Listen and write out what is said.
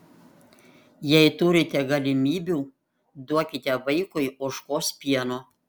jei turite galimybių duokite vaikui ožkos pieno